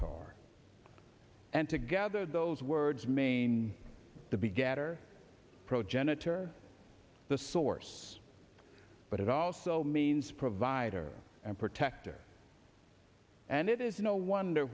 pato are and together those words main the begetter progenitor the source but it also means provider and protector and it is no wonder